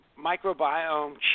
microbiome